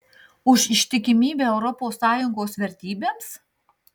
už ištikimybę europos sąjungos vertybėms